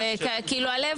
אגב, הרפורמה זה לא